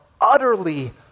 utterly